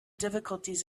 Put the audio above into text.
difficulties